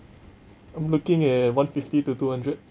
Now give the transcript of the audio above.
I'm lookin at one fifty to two hundred